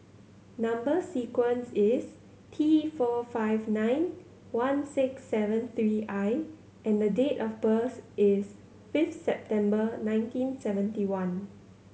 number sequence is T four five nine one six seven three I and date of birth is fifth September nineteen seventy one